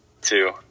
two